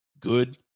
Good